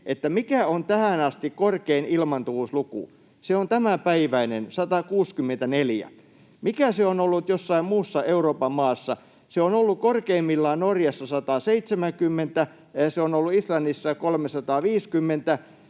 mikä on tähän asti korkein ilmaantuvuusluku. Se on tämänpäiväinen 164. Mikä se on ollut jossain muussa Euroopan maassa? Se on ollut korkeimmillaan Norjassa 170, ja se on ollut Islannissa 350.